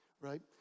right